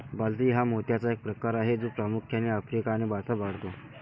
बाजरी हा मोत्याचा एक प्रकार आहे जो प्रामुख्याने आफ्रिका आणि भारतात वाढतो